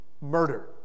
murder